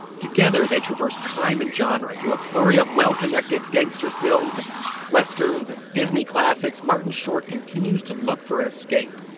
together they traverse time and genre. through a flurry of well connected gangster films and westerns and disney classics, martin short continues to look for an escape.